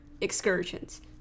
excursions